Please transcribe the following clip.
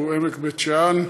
הוא עמק בית שאן.